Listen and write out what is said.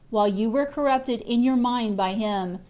while you were corrupted in your mind by him,